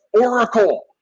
Oracle